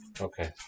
Okay